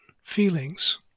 feelings